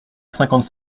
cinquante